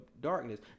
darkness